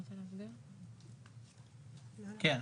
כן.